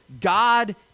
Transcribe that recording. God